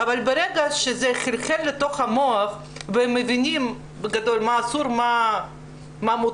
אבל ברגע שזה חילחל לתוך המוח ומבינים בגדול מה אסור ומה מותר,